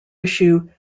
issue